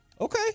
Okay